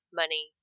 money